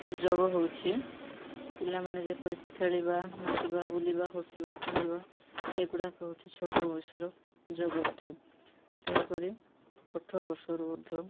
ଯୋଗ ହେଉଛି ପିଲାମାନେ ଯେପରିକି ଖେଳିବା ନାଚିବା ବୁଲିବା ହସିବା କାନ୍ଦିବା ଏଗୁଡ଼ାକ ହେଉଛିି ଛୋଟ ବୟସର ଯୋଗ ଅଟେ ତେଣୁକରି ଅଠର ବର୍ଷରୁ ଉର୍ଦ୍ଧ